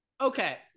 Okay